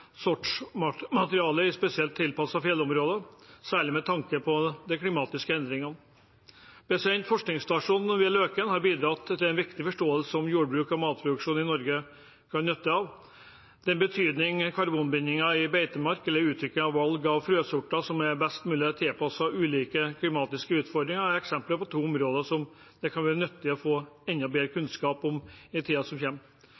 spesielt tilpassede fjellområder, særlig med tanke på de klimatiske endringene. Forskningsstasjonen ved Løken har bidratt til en viktig forståelse av jordbruk og matproduksjon i Norge og nytten av det. Betydningen av karbonbindingen i beitemark og utvikling og valg av frøsorter som er best mulig tilpasset ulike klimatiske utfordringer, er eksempler på to områder som det kan være nyttig å få enda bedre kunnskap om i tiden som